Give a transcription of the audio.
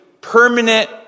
permanent